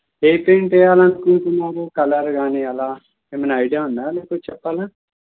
ఏ paint వేయాలి అనుకుంటున్నారు colour కాని అలా ఏమైనా ఐడియా ఉందా లేకపోతే చెప్పాలా